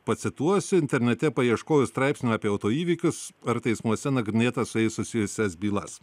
pacituosiu internete paieškojus straipsnių apie autoįvykius ar teismuose nagrinėtas su jais susijusias bylas